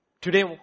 Today